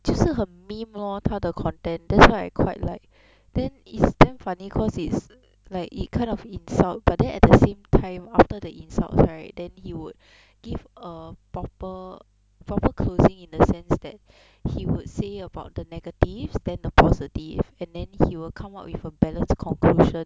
就是很 meme lor 他的 content that's why I quite like then it is damn funny cause it's like it kind of insult but then at the same time after the insult right then he would give a proper proper closing in a sense that he would say about the negatives then the positives and then he will come up with a balance conclusion